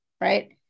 right